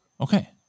Okay